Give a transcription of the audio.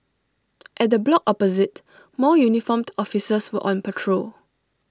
at the block opposite more uniformed officers were on patrol